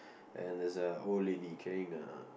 and there's a old lady carrying a